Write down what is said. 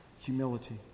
humility